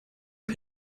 and